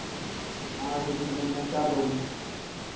आठ बजे निकलना है चार लोग हैं